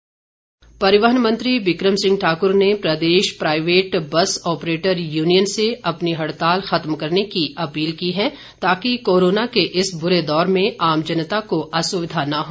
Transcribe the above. become Singh परिवहन मंत्री बिक्रम सिंह ने प्रदेश प्राईवेट बस ऑपरेटर युनियन से अपनी हड़ताल खत्म करने की अपील की है ताकि कोरोना के इस बुरे दौर में आम जनता को असुविधा न हो